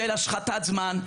של השחתת זמן,